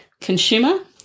consumer